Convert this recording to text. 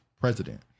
president